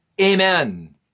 amen